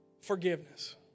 forgiveness